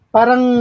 Parang